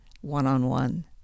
one-on-one